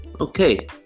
okay